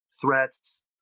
threats